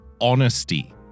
honesty